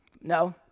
No